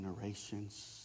generations